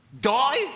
Die